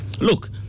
look